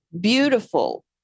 beautiful